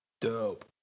Dope